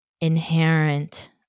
inherent